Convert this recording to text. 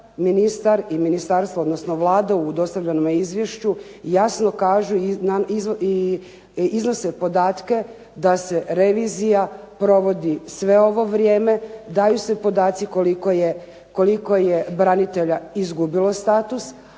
ministar i ministarstvo, odnosno Vlada u dostavljenome izvješću jasno kaže i iznose podatke da se revizija provodi sve ovo vrijeme, daju se podaci koliko je branitelja izgubilo status,